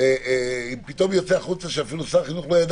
אם פתאום יוצא החוצה שאפילו שר החינוך לא ידע